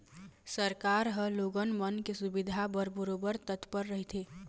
सरकार ह लोगन मन के सुबिधा बर बरोबर तत्पर रहिथे